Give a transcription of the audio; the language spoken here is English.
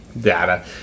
data